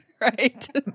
right